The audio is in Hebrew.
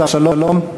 השר שלום,